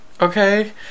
Okay